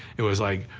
it was, like,